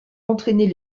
entraîner